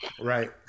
right